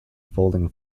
folding